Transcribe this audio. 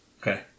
Okay